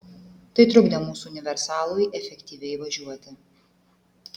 tai trukdė mūsų universalui efektyviai važiuoti